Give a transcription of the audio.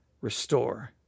Restore